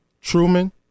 Truman